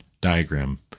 diagram